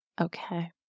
Okay